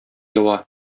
ява